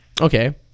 Okay